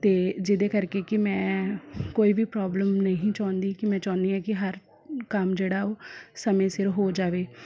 ਅਤੇ ਜਿਹਦੇ ਕਰਕੇ ਕਿ ਮੈਂ ਕੋਈ ਵੀ ਪ੍ਰੋਬਲਮ ਨਹੀਂ ਚਾਹੁੰਦੀ ਕਿ ਮੈਂ ਚਾਹੁੰਦੀ ਹਾਂ ਕਿ ਹਰ ਕੰਮ ਜਿਹੜਾ ਉਹ ਸਮੇਂ ਸਿਰ ਹੋ ਜਾਵੇ